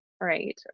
right